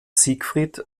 siegfried